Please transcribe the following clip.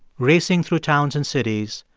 racing through towns and cities,